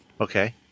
Okay